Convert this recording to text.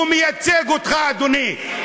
הוא מייצג אותך, אדוני.